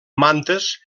mantes